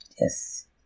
Yes